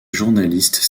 journalistes